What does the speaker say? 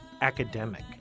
academic